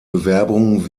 bewerbungen